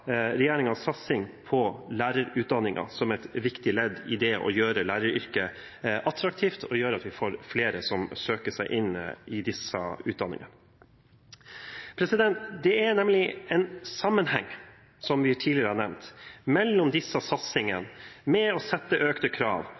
satsing på lærerutdanningen som et viktig ledd i det å gjøre læreryrket attraktivt, slik at vi får flere som søker seg inn i disse utdanningene. Det er nemlig en sammenheng, som jeg tidligere har nevnt, mellom disse satsingene og det å stille økte krav